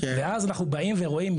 ואז אנחנו באים ורואים,